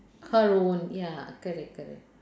her own ya correct correct